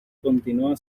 continúa